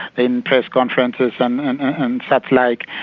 in press conferences, and and and such like,